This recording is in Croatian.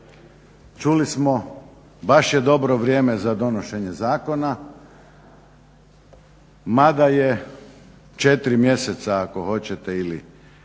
Čuli smo, baš je dobro vrijeme za donošenje zakona mada je 4 mjeseca ako hoćete ili nešto